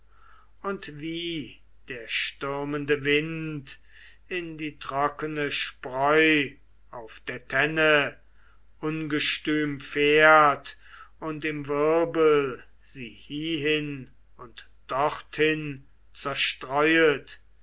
und wie der stürmende wind in die trockene spreu auf der tenne ungestüm fährt und im wirbel sie hiehin und dorthin zerstreuet